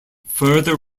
further